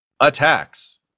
attacks